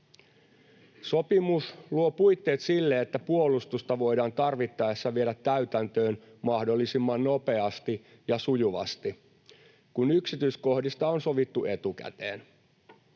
Sopimus luo puitteet sille, että puolustusta voidaan tarvittaessa viedä täytäntöön mahdollisimman nopeasti ja sujuvasti, kun yksityiskohdista on sovittu etukäteen.